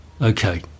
okay